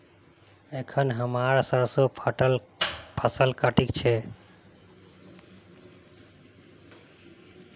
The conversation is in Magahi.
अखना हमरा सरसोंर फसल काटील छि